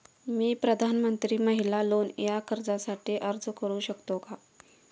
मी प्रधानमंत्री महिला लोन या कर्जासाठी अर्ज करू शकतो का?